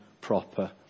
proper